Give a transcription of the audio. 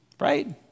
right